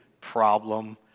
problem